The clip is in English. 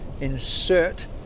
insert